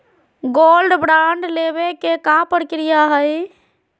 Gold bond लेवे के का प्रक्रिया हई?